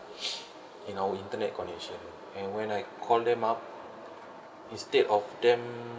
in our internet connection and when I call them up instead of them